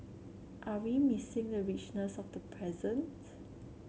are we missing the richness of the present